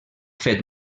fet